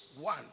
one